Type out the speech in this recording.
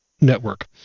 network